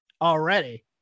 already